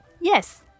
Yes